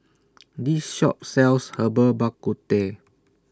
This Shop sells Herbal Bak Ku Teh